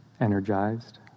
energized